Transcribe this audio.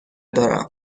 دارم